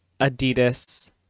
Adidas